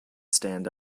stand